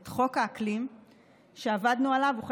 את חוק האקלים שעבדנו עליו במהלך השנה האחרונה,